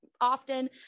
often